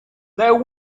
they